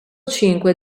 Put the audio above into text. cinque